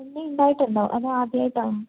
മുന്നേ ഉണ്ടായിട്ടുണ്ടോ അതോ ആദ്യമായിട്ടാണോ